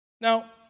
Now